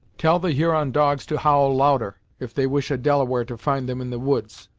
tell the huron dogs to howl louder, if they wish a delaware to find them in the woods,